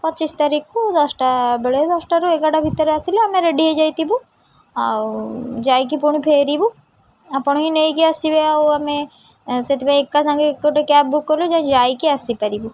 ପଚିଶି ତାରିଖକୁ ଦଶଟା ବେଳେ ଦଶଟାରୁ ଏଗାରଟା ଭିତରେ ଆସିଲେ ଆମେ ରେଡ଼ି ହେଇଯାଇଥିବୁ ଆଉ ଯାଇକି ପୁଣି ଫେରିବୁ ଆପଣ ହିଁ ନେଇକି ଆସିବେ ଆଉ ଆମେ ସେଥିପାଇଁ ଏକା ସାଙ୍ଗେ ଗୋଟେ କ୍ୟାବ୍ ବୁକ୍ କଲୁ ଯାଇକି ଆସିପାରିବୁ